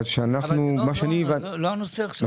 זה לא הנושא עכשיו.